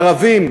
ערבים,